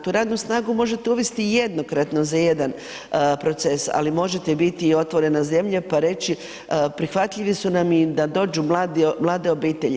Tu radnu snagu možete uvesti jednokratno za jedan proces, ali možete biti i otvorena zemlja pa reći prihvatljivi su nam da dođu mlade obitelji.